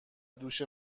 دوش